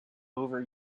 over